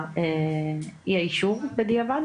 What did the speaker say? או אי האישור בדיעבד